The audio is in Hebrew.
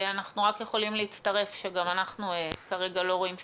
אנחנו רק יכולים להצטרף שגם אנחנו כרגע לא רואים סיבה,